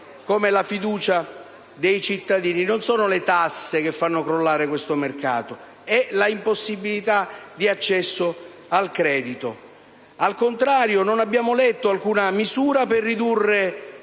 come la fiducia dei cittadini. Non sono le tasse che fanno crollare questo mercato, ma la impossibilità di accesso al credito. Al contrario, non abbiamo letto alcuna misura per ridurre